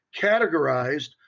categorized